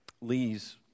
Lee's